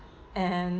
and